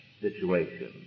situation